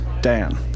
Dan